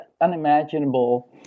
unimaginable